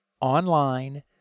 online